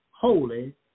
holy